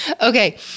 Okay